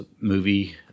movie